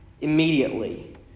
immediately